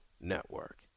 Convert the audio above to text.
Network